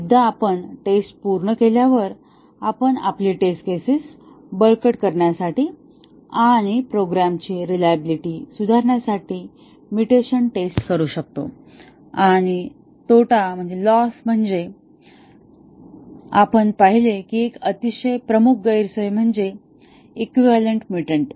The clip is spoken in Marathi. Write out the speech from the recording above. एकदा आपण टेस्ट पूर्ण केल्यावर आपण आपली टेस्ट केसेस बळकट करण्यासाठी आणि प्रोग्रॅमची रिलायबिलिटी सुधारण्यासाठी म्युटेशन टेस्ट करू शकतो आणि तोटा म्हणजे आपण पाहिले की एक अतिशय प्रमुख गैरसोय म्हणजे इक्विवैलन्ट म्युटंट